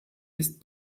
ist